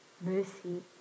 mercy